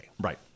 Right